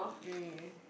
mm